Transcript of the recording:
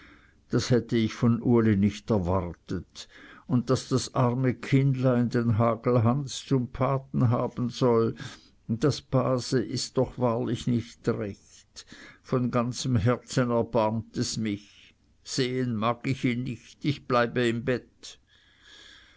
das hätte ich von uli nicht erwartet und daß das arme kindlein den hagelhans zum paten haben soll das base ist doch wahrlich nicht recht von ganzem herzen erbarmt es mich sehen mag ich ihn nicht ich bleibe im bett